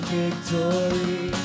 victory